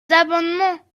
amendements